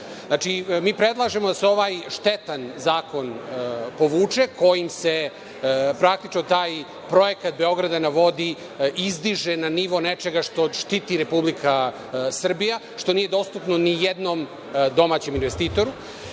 predlažemo da se ovaj štetan zakon povuče, kojim se praktično taj projekat „Beograda na vodi“ izdiže na nivo nečega što štiti Republika Srbija, što nije dostupno nijednom domaćem investitoru